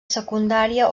secundària